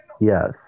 Yes